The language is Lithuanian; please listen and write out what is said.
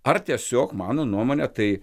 ar tiesiog mano nuomone tai